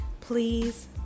please